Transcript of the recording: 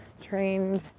trained